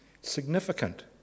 Significant